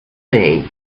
day